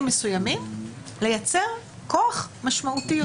מסוימים לייצר כוח משמעותי יותר.